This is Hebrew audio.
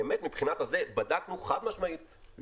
באמת בדקנו חד משמעית,